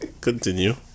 Continue